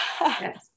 Yes